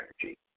energy